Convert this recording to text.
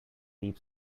deep